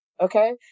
okay